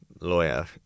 lawyer